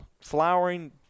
flowering